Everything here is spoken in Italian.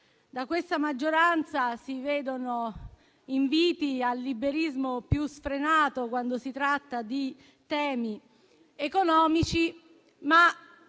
da questa maggioranza si vedono inviti al liberismo più sfrenato quando si tratta di temi economici, ma